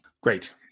Great